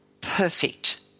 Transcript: perfect